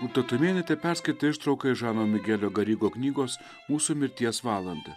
rūta tumėnaitė perskaitė ištrauką iš žano migelio garigo knygos mūsų mirties valandą